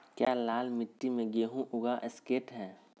क्या लाल मिट्टी में गेंहु उगा स्केट है?